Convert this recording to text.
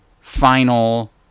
final